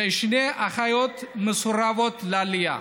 ושתי אחיותיו מסורבות עלייה.